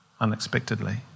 unexpectedly